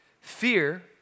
Fear